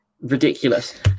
ridiculous